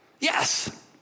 Yes